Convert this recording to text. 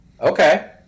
okay